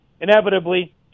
inevitably